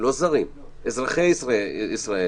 ישראל